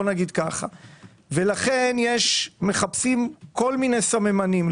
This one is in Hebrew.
לכן מחפשים כל מיני סממנים.